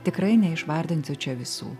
tikrai neišvardinsiu čia visų